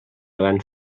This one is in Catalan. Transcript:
gran